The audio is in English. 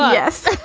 yes.